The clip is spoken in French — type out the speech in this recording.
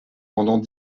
pendant